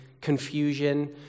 confusion